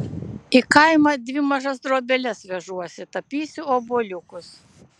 į kaimą dvi mažas drobeles vežuosi tapysiu obuoliukus